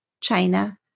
China